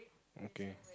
okay